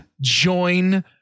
join